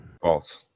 False